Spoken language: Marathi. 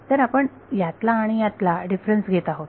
तर आपण यातला आणि यातला डिफरन्स घेत आहोत